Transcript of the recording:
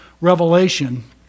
revelation